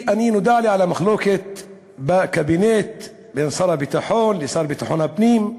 נודע לי על המחלוקת בקבינט בין שר הביטחון לבין השר לביטחון הפנים,